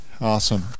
awesome